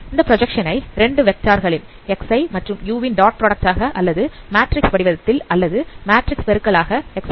அந்த பிராஜக்சன் ஐ 2 வெக்டார் களின் xi மற்றும் u வின் டாட் ப்ராடக்ட் ஆக அல்லது மேட்ரிக்ஸ் வடிவத்தில் அல்லது மேட்ரிக்ஸ் பெருக்கல் ஆக xiT